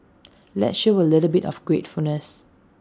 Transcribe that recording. let's show A little bit of gratefulness